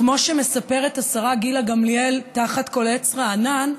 כמו שמספרת השרה גילה גמליאל תחת כל עץ רענן,